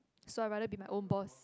so I rather be my own boss